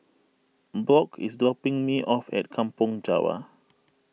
Brock is dropping me off at Kampong Java